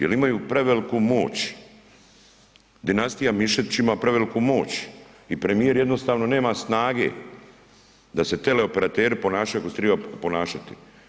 Jel imaju preveliku moć, dinastija Mišetić ima preveliku moć i premijer jednostavno nema snage da se tele operateri ponašaju kako se triba ponašati.